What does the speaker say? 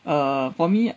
err for me